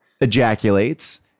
ejaculates